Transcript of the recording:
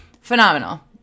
phenomenal